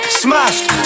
smashed